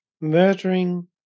murdering